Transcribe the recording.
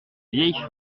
vieille